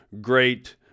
great